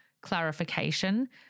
clarification